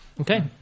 Okay